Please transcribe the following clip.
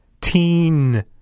Teen